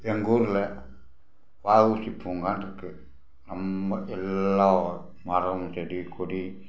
எங்கள் ஊரில் வஉசி பூங்கானிருக்கு ரொம்ப எல்லாம் மரம் செடி கொடி